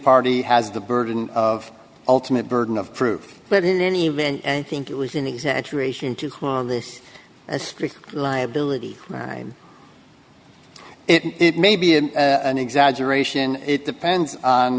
party has the burden of ultimate burden of proof but in any event and i think it was an exaggeration to this a strict liability it may be an exaggeration it depends on